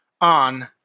on